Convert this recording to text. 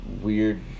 weird